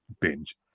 binge